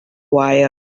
wire